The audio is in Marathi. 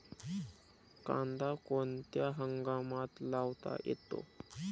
कांदा कोणत्या हंगामात लावता येतो?